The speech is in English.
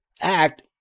act